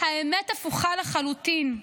הפוכה לחלוטין: